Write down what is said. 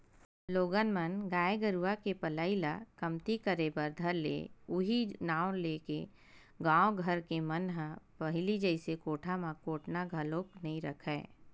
लोगन मन गाय गरुवा के पलई ल कमती करे बर धर ले उहीं नांव लेके गाँव घर के मन ह पहिली जइसे कोठा म कोटना घलोक नइ रखय